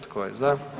Tko je za?